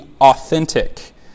authentic